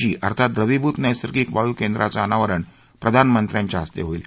जी अर्थात द्रवीभूत नैसर्गिक वायूकेंद्राचं अनावरण प्रधानमंत्र्यांच्या हस्ते होईल